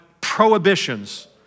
prohibitions